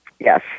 yes